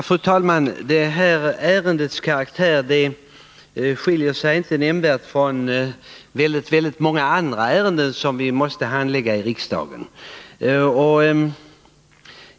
Fru talman! Det här ärendets karaktär skiljer sig inte nämnvärt från väldigt många andra ärenden som vi måste handlägga i riksdagen.